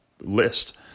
list